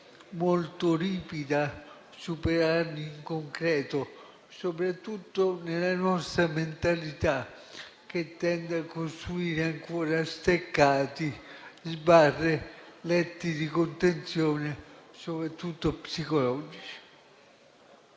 molto ripida, soprattutto nella nostra mentalità che tende a costruire ancora steccati, sbarre e letti di contenzione anzitutto psicologici.